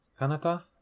kanata